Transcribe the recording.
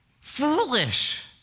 foolish